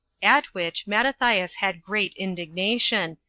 at which mattathias had great indignation,